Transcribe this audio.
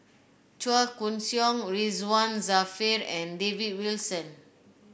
Chua Koon Siong Ridzwan Dzafir and David Wilson